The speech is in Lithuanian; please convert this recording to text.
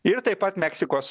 ir taip pat meksikos